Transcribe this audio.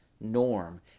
norm